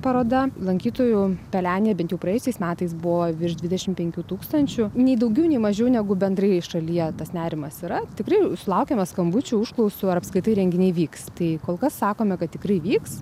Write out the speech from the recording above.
paroda lankytojų pelenė bent jau praėjusiais metais buvo virš dvidešim penkių tūkstančių nei daugiau nei mažiau negu bendrai šalyje tas nerimas yra tikrai sulaukiame skambučių užklausų ar apskritai renginiai vyks tai kol kas sakome kad tikrai įvyks